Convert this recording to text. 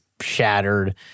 shattered